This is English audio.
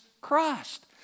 Christ